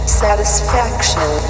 satisfaction